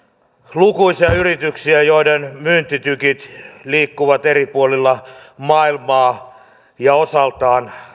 lukuisia yrityksiä joiden myyntitykit liikkuvat eri puolilla maailmaa ja osaltaan